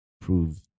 prove